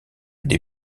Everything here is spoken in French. des